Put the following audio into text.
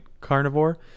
carnivore